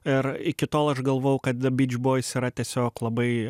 ir iki tol aš galvojau kad ze byč boiz yra tiesiog labai